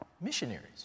missionaries